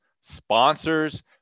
sponsors